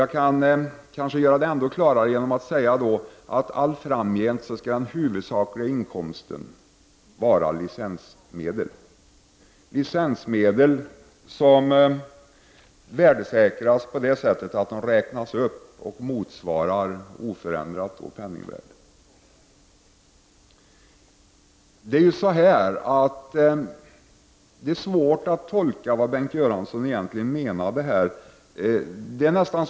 Jag kan kanske göra det ännu klarare genom att säga att den huvudsakliga inkomstkällan allt framgent skall vara licensmedel, värdesäkrade genom att de räknas upp allteftersom penningvärdet förändras. Det är svårt att tolka vad Bengt Göransson egentligen menade i sitt anförande.